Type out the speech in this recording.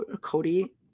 Cody